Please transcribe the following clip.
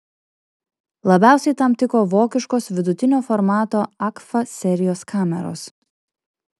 labiausiai tam tiko vokiškos vidutinio formato agfa serijos kameros